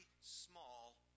small